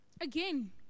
again